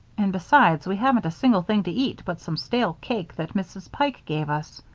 and besides we haven't a single thing to eat but some stale cake that mrs. pike gave us.